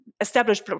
established